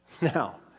Now